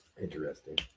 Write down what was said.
Interesting